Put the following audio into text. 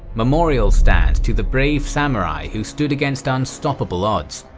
memorials stand to the brave samurai who stood against unstoppable odds,